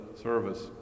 service